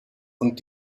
und